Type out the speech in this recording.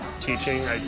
teaching